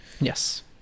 Yes